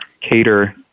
cater